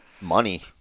Money